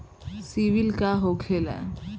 सीबील का होखेला?